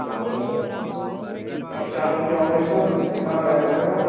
اچھا چھا sir sir charge کیا ہوگا اس کا کتنا پیسہ پڑے گا